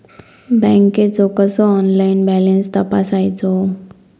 बँकेचो कसो online balance तपासायचो?